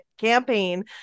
campaign